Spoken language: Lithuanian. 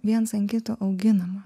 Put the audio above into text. viens ant kito auginama